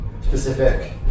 specific